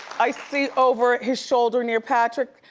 i see over his shoulder, near patrick,